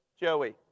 Joey